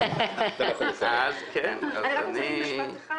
אז אני אצביע בעד.